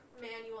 manual